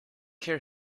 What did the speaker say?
care